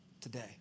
Today